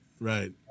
right